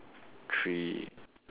three